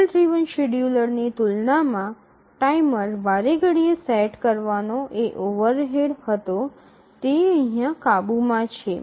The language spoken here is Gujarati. ટેબલ ડ્રિવન શેડ્યૂલરની તુલનામાં ટાઈમર વારેઘડીએ સેટ કરવાનો જે ઓવરહેડ હતો તે અહીયાં કાબુમાં છે